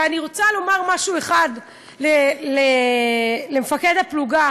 ואני רוצה לומר משהו אחד למפקד הפלוגה